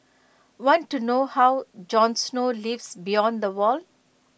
want to know how Jon snow lives beyond the wall